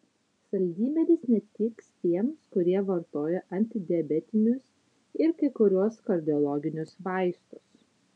saldymedis netiks tiems kurie vartoja antidiabetinius ir kai kuriuos kardiologinius vaistus